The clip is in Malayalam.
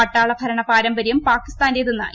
പട്ടാള ഭരണ പാരമ്പര്യം പാകിസ്ഥാന്റേതെന്ന് ഇന്ത്യ